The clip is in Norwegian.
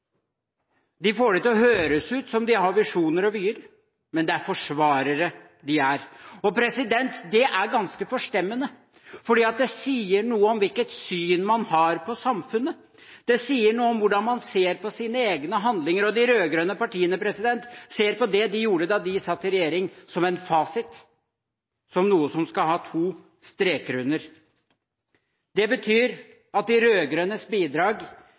De får det til å høres ut som de har visjoner og vyer, men det er forsvarere de er. Det er ganske forstemmende, for det sier noe om hvilket syn man har på samfunnet. Det sier noe om hvordan man ser på sine egne handlinger. De rød-grønne partiene ser på det de gjorde da de satt i regjering, som en fasit, som noe som skal ha to streker under. Det betyr at de rød-grønnes bidrag